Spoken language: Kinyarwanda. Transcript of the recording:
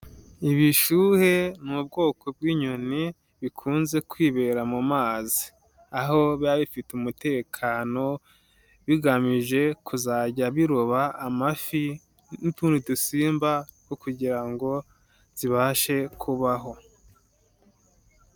Ibishuhe ni ubwoko bw'inyoni, bikunze kwibera mu mazi. Aho biba bifite umutekano bigamije kuzajya biroba amafi n'utundi dusimba two kugira ngo zibashe kubaho.